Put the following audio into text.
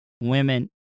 women